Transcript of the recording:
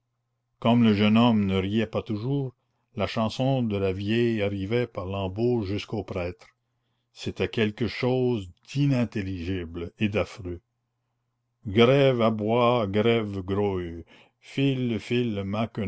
comme le jeune homme ne riait pas toujours la chanson de la vieille arrivait par lambeaux jusqu'au prêtre c'était quelque chose d'inintelligible et d'affreux grève aboye grève grouille file file